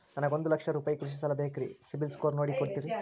ನನಗೊಂದ ಲಕ್ಷ ರೂಪಾಯಿ ಕೃಷಿ ಸಾಲ ಬೇಕ್ರಿ ಸಿಬಿಲ್ ಸ್ಕೋರ್ ನೋಡಿ ಕೊಡ್ತೇರಿ?